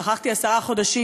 שכחתי עשרה חודשים,